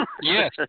Yes